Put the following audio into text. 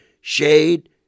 Shade